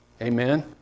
Amen